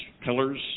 pillars